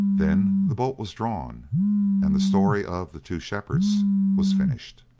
then the bolt was drawn and the story of the two shepherds was finished.